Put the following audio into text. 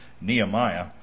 Nehemiah